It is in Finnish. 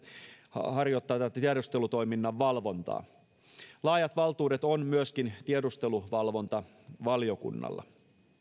harjoittaa tätä tiedustelutoiminnan valvontaa laajat valtuudet on myöskin tiedusteluvalvontavaliokunnalla